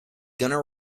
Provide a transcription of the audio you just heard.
gonna